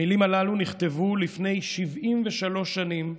המילים הללו נכתבו לפני 73 שנים,